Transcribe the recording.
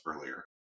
earlier